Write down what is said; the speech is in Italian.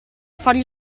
fargli